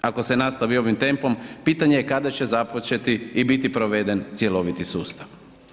Ako se nastavi ovim tempom, pitanje je kada će započeti i biti proveden cjeloviti sustav.